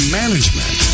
management